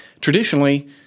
Traditionally